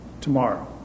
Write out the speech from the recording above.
tomorrow